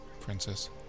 Princess